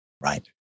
right